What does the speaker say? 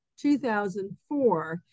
2004